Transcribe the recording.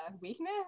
weakness